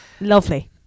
lovely